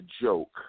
joke